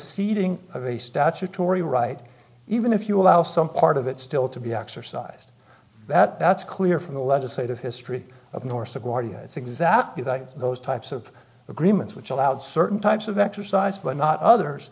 seating of a statutory right even if you allow some part of it still to be exercised that that's clear from the legislative history of nourse of why it's exactly that those types of agreements which allowed certain types of exercise but not others